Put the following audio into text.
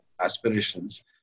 aspirations